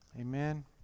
Amen